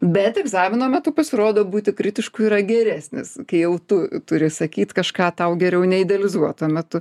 bet egzamino metu pasirodo būti kritišku yra geresnis kai jau tu turi sakyt kažką tau geriau neidealizuot tuo metu